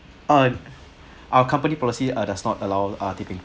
uh our company policy uh does not allow ah tipping